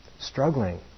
struggling